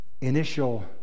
initial